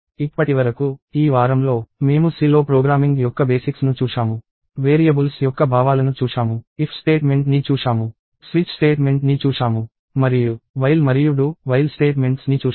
ఇప్పటివరకు ఈ వారంలో మేము C లో ప్రోగ్రామింగ్ యొక్క బేసిక్స్ ను చూశాము వేరియబుల్స్ యొక్క భావాలను చూశాము if స్టేట్మెంట్ని చూశాము స్విచ్ స్టేట్మెంట్ని చూశాము మరియు while మరియు do while స్టేట్మెంట్స్ ని చూశాము